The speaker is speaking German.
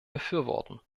befürworten